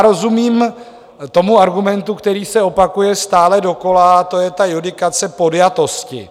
Rozumím argumentu, který se opakuje stále dokola, a to je ta judikace podjatosti.